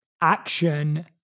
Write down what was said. action